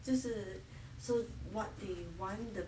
就是 so what they want the